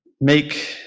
make